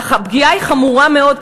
אך הפגיעה היא חמורה מאוד,